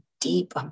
deep